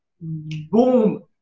boom